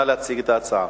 נא להציג את ההצעה.